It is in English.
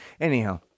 Anyhow